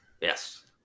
Yes